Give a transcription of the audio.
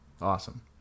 awesome